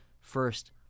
first